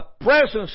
presence